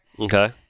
Okay